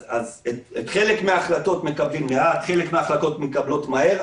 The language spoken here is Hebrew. את חלק מן ההחלטות מקבלים לאט וחלק מן ההחלטות מתקבלות מהר,